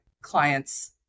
clients